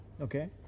Okay